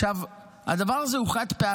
עכשיו, הדבר הזה הוא חד-פעמי.